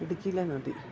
ഇടുക്കിയിലെ നദി